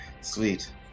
Sweet